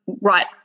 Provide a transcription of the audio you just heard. right